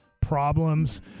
problems